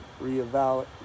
reevaluate